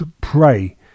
pray